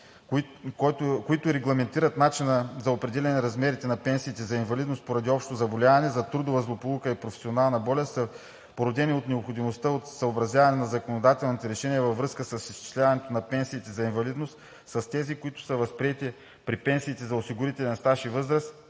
които регламентират начина за определяне размерите на пенсиите за инвалидност поради общо заболяване, за трудова злополука и професионална болест, са породени от необходимостта от съобразяване на законодателните решения във връзка с изчисляването на пенсиите за инвалидност с тези, които са възприети при пенсиите за осигурителен стаж и възраст,